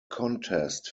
contest